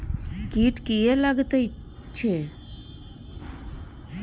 कीट किये लगैत छै?